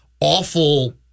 awful